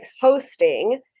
hosting